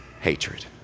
hatred